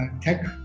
tech